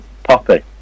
Poppy